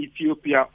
Ethiopia